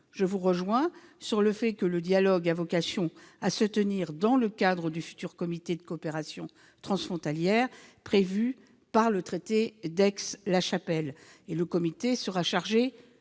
je vous rejoins sur le fait que le dialogue a vocation à se tenir dans le cadre du futur comité de coopération transfrontalière prévu par le traité d'Aix-la-Chapelle. Ce comité sera chargé